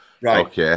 Right